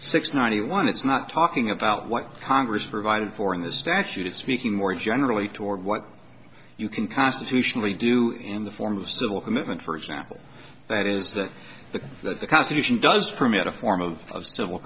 six ninety one it's not talking about what congress provided for in this statute is speaking more generally toward what you can constitutionally do in the form of civil commitment for example that is that the that the constitution does permit a form of civil